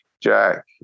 Jack